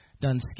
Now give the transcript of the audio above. done